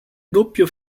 doppio